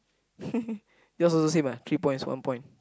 yours also same ah three points one point